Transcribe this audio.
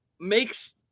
makes